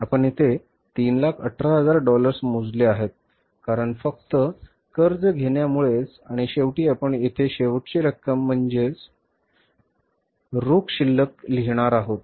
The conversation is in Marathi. आपण येथे 318000 डॉलर्स मोजले आहेत कारण फक्त कर्ज घेण्यामुळेच आणि शेवटी आपण येथे शेवटची रक्कम म्हणजे रोख शिल्लक लिहिणार आहोत